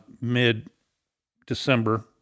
mid-December